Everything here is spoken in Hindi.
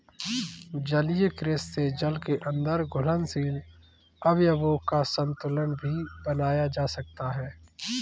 जलीय कृषि से जल के अंदर घुलनशील अवयवों का संतुलन भी बनाया जा सकता है